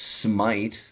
Smite